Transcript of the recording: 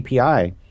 API